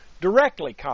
directly